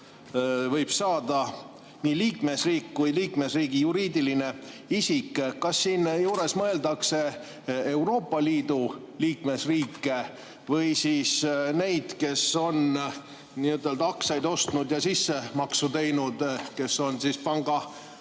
võib saada nii liikmesriik kui ka liikmesriigi juriidiline isik. Kas siinjuures mõeldakse Euroopa Liidu liikmesriike või siis neid, kes on aktsiaid ostnud ja sissemaksu teinud, kes on